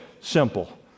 simple